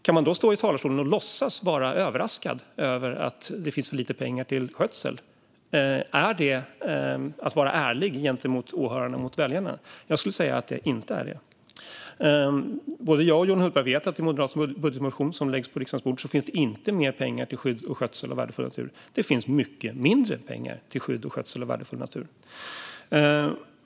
Kan man då stå i talarstolen och låtsas vara överraskad över att det finns för lite pengar till skötsel? Är det att vara ärlig gentemot åhörarna och väljarna? Jag skulle säga att det inte är det. Både jag och Johan Hultberg vet att det i Moderaternas budgetmotion, som läggs på riksdagens bord, inte finns mer pengar till skydd och skötsel av värdefull natur, utan mycket mindre pengar till skydd och skötsel av värdefull natur.